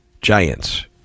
Giants